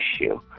issue